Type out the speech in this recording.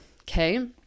okay